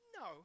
No